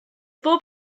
bob